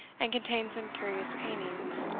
and contained some curious paintings.